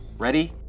ready?